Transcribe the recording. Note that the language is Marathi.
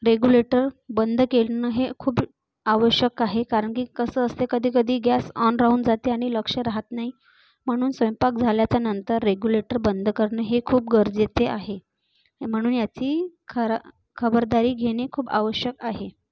रेग्युलेटर बंद करणं हे खूप आवश्यक आहे कारण की कसं असते कधीकधी गॅस ऑन राहून जाते आणि लक्ष राहात नाही म्हणून स्वंयपाक झाल्याच्यानंतर रेग्युलेटर बंद करणं हे खूप गरजेचे आहे म्हणून याची खरा खबरदारी घेणे खूप आवश्यक आहे